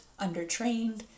undertrained